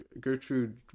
Gertrude